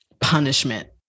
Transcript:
Punishment